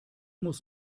muss